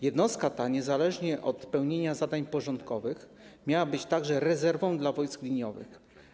Jednostka ta niezależnie od pełnienia zadań porządkowych miała być także rezerwą dla wojsk liniowych.